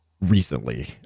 recently